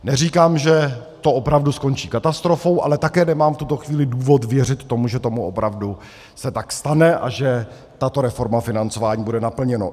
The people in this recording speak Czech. Neříkám, že to opravdu skončí katastrofou, ale také nemám v tuto chvíli důvod věřit tomu, že se tomu tak opravdu stane a že tato reforma financování bude naplněna.